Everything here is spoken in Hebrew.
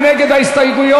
מי נגד ההסתייגויות?